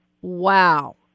Wow